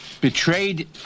betrayed